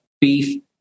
beef